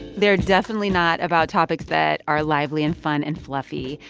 they're definitely not about topics that are lively and fun and fluffy.